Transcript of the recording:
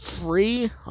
free